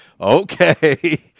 Okay